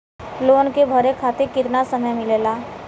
Loan के भरे खातिर कितना समय मिलेला?